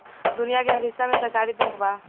दुनिया के हर हिस्सा में सहकारी बैंक बा